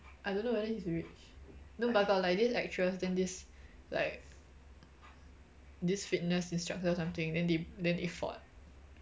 I don't know whether he's rich no but got like this actress then this like this fitness instructor or something then they then they fought